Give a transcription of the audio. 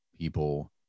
people